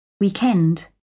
weekend